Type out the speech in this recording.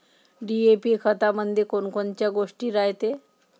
DAP खतामंदी कोनकोनच्या गोष्टी रायते?